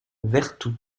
vertou